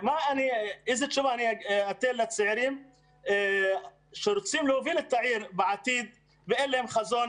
איזו תשובה אני אתן לצעירים שרוצים להוביל את העיר בעתיד ואין להם חזון,